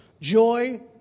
joy